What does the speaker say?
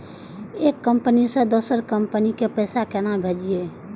एक कंपनी से दोसर कंपनी के पैसा केना भेजये?